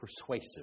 persuasive